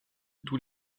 tous